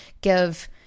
give